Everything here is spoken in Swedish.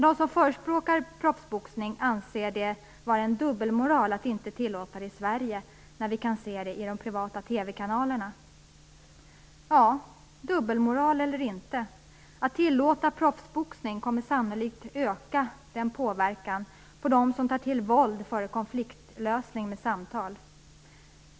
De som förespråkar proffsboxning anser det vara en dubbelmoral att inte tillåta det i Sverige när vi kan se det i de privata TV-kanalerna. Ja, dubbelmoral eller inte, att tillåta proffsboxning kommer sannolikt att öka påverkan på dem som tar till våld före konfliktlösning med samtal.